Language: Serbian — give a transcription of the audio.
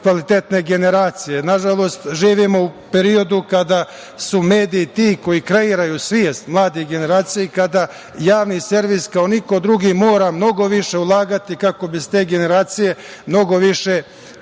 kvalitetne generacije. Nažalost, živimo u periodu kada su mediji ti koji kreiraju svest mladoj generaciji, kada javni servis kao niko drugi, mora mnogo više ulagati kako bi se te generacije mnogo više